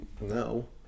No